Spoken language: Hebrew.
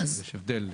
אז יש הבדל.